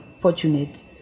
fortunate